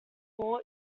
hall